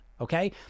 Okay